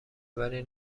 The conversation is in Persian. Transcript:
خبری